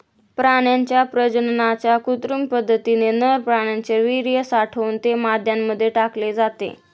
प्राण्यांच्या प्रजननाच्या कृत्रिम पद्धतीने नर प्राण्याचे वीर्य साठवून ते माद्यांमध्ये टाकले जाते